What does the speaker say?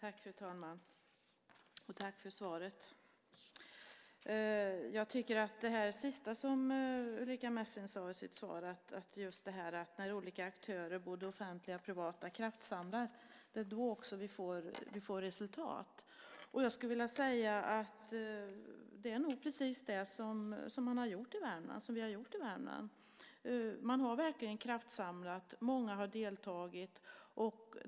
Fru talman! Tack för svaret! Jag vill ta upp det sista som Ulrica Messing sade i sitt svar, att det är när olika aktörer, både offentliga och privata, kraftsamlar som vi också får resultat. Jag skulle vilja säga att det nog är precis det vi har gjort i Värmland. Man har verkligen kraftsamlat. Många har deltagit.